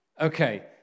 Okay